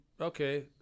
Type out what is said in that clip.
okay